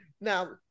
Now